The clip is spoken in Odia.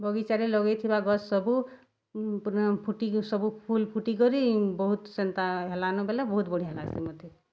ବଗିଚାରେ ଲଗେଇଥିବା ଗଛ୍ ସବୁ ପୁରା ଫୁଟିକି ସବୁ ଫୁଲ୍ ଫୁଟିକରି ବହୁତ୍ ସେନ୍ତା ହେଲାନ ବେଲେ ବହୁତ୍ ବଢ଼ିଆ ଲାଗ୍ସି ମତେ